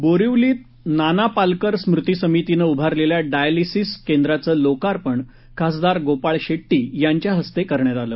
बोरीवलीत नाना पालकर स्मृती सामितीनं उभारलेल्या डायलिसीस केंद्राचं लोकार्पण खासदार गोपाळ शेट्टी यांच्या हस्ते करण्यात आले